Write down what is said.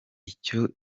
icyo